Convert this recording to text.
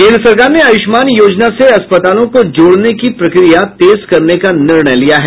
केंद्र सरकार ने आयुष्मान योजना से अस्पतालों को जोड़ने की प्रक्रिया तेज करने का निर्णय लिया है